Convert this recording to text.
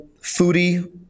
foodie